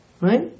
right